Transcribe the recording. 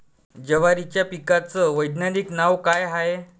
जवारीच्या पिकाचं वैधानिक नाव का हाये?